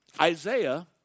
Isaiah